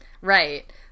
Right